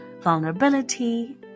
vulnerability